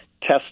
test